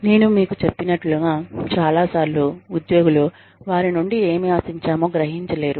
నేను మీకు చెప్పినట్లుగా చాలా సార్లు ఉద్యోగులు వారి నుండి ఏమి ఆశించామో గ్రహించలేరు